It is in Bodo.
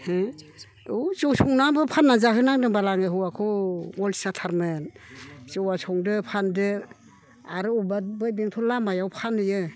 हो औ जौ संनानबो फाननानै जाहोनांदोंबाल आङो हौवाखौ अलसियाथारमोन जौवा संदो फानदो आरो अबावबा बै बेंथल लामायाव फानहैयो